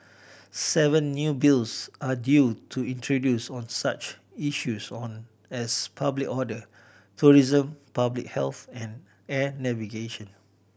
seven new Bills are due to introduce on such issues on as public order tourism public health and air navigation